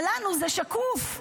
אבל לנו זה שקוף,